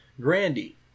Grandy